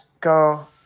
go